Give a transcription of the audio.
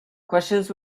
questions